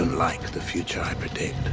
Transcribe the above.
like the future i predict.